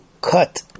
cut